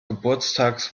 geburtstags